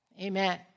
Amen